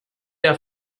der